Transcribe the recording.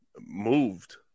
moved